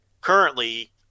currently